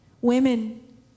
Women